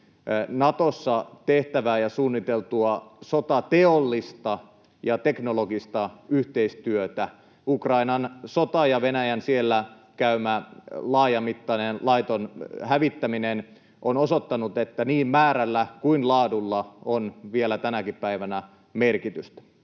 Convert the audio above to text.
Natossa tehtävää ja suunniteltua sotateollista ja ‑teknologista yhteistyötä. Ukrainan sota ja Venäjän siellä käymä laajamittainen laiton hävittäminen on osoittanut, että niin määrällä kuin laadulla on vielä tänäkin päivänä merkitystä.